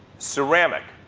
ceramic,